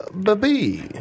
baby